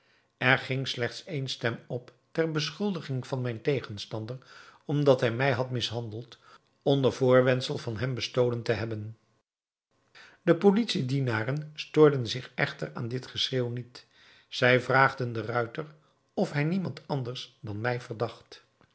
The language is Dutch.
er ging slechts ééne stem op ter beschuldiging van mijn tegenstander omdat hij mij had mishandeld onder voorwendsel van hem bestolen te hebben de politie-dienaren stoorden zich echter aan dit geschreeuw niet zij vraagden den ruiter of hij niemand anders dan mij verdacht